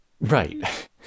Right